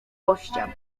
gościa